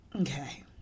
okay